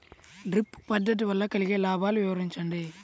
Drip పద్దతి వల్ల కలిగే లాభాలు వివరించండి?